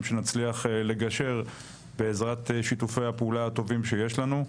שנצליח לגשר בעזרת שיתופי הפעולה הטובים שיש לנו.